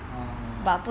orh